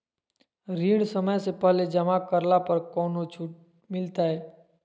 ऋण समय से पहले जमा करला पर कौनो छुट मिलतैय?